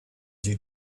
due